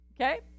Okay